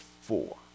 four